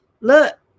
Look